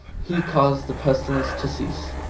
he caused the pestilence to cease,